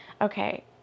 okay